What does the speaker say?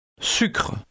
Sucre